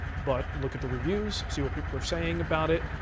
but look at the reviews, see what people are saying about it,